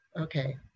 okay